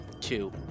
two